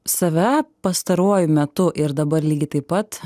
save pastaruoju metu ir dabar lygiai taip pat